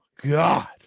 god